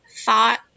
thought